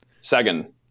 second